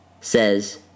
says